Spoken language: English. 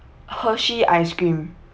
hershey ice cream